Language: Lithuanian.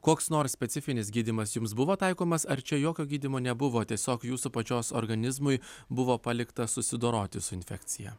koks nors specifinis gydymas jums buvo taikomas ar čia jokio gydymo nebuvo tiesiog jūsų pačios organizmui buvo palikta susidoroti su infekcija